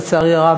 לצערי הרב,